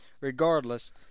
regardless